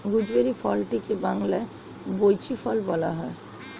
gooseberry ফলটিকে বাংলায় বৈঁচি ফল বলা হয়